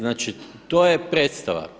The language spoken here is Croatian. Znači to je predstava.